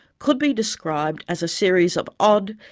could be described as a series of odd,